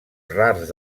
rars